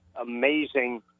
amazing